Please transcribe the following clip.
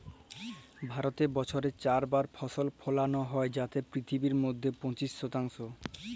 ভারতে বসরে চার বার ফসল ফলালো হ্যয় যাতে পিথিবীর মইধ্যে পঁচিশ শতাংশ